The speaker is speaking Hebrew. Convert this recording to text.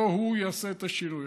לא הוא יעשה את השינוי,